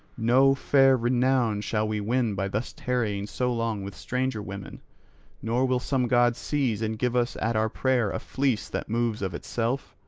no fair renown shall we win by thus tarrying so long with stranger women nor will some god seize and give us at our prayer a fleece that moves of itself.